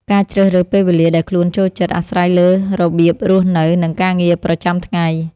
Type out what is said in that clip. ការជ្រើសរើសពេលវេលាដែលខ្លួនចូលចិត្ត អាស្រ័យលើរបៀបរស់នៅ និងការងារប្រចាំថ្ងៃ។